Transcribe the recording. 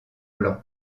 blanc